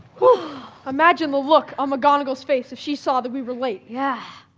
imagine the look on mcgonagall's face if she saw that we were late. yeah.